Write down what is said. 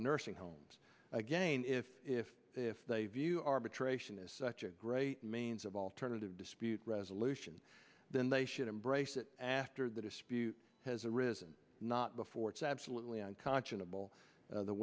the nursing homes again if if if they view arbitration is such a great means of alternative dispute resolution then they should embrace it after the dispute has arisen not before it's absolutely unconscionable